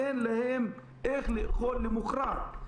אין להם איך לאכול למחרת.